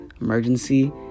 emergency